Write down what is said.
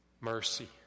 Mercy